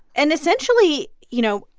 and essentially, you know,